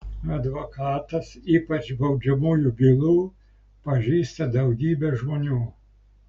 advokatas ypač baudžiamųjų bylų pažįsta daugybę žmonių